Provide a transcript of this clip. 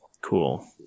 Cool